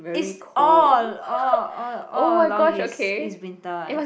is all all all all along is is winter one